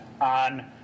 on